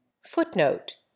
Footnote